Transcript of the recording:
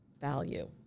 value